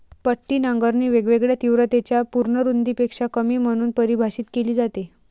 पट्टी नांगरणी वेगवेगळ्या तीव्रतेच्या पूर्ण रुंदीपेक्षा कमी म्हणून परिभाषित केली जाते